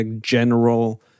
general